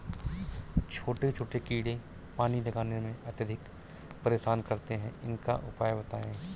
छोटे छोटे कीड़े पानी लगाने में अत्याधिक परेशान करते हैं इनका उपाय बताएं?